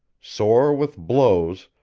sore with blows,